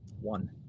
one